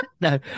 no